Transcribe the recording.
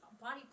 body